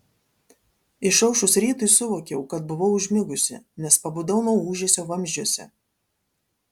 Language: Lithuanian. išaušus rytui suvokiau kad buvau užmigusi nes pabudau nuo ūžesio vamzdžiuose